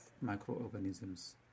microorganisms